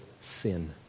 sin